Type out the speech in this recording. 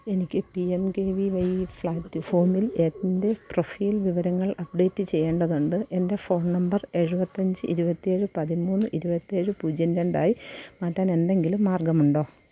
എനിക്ക് P M K V Y പ്ലാറ്റ്ഫോമിൽ എൻ്റെ പ്രൊഫൈൽ വിവരങ്ങൾ അപ്ഡേറ്റ് ചെയ്യേണ്ടതുണ്ട് എൻ്റെ ഫോൺ നമ്പർ എഴുപത്തഞ്ച് ഇരുപത്തേഴ് പതിമൂന്ന് ഇരുപത്തേഴ് പൂജ്യം രണ്ട് ആയി മാറ്റാൻ എന്തെങ്കിലും മാർഗമുണ്ടോ